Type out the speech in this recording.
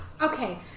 okay